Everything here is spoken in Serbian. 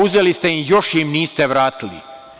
Uzeli ste im, još im niste vratili.